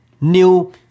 new